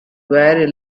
very